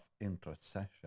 intercession